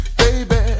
baby